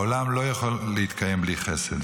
העולם לא יכול להתקיים בלי חסד,